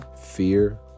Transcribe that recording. Fear